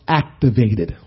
activated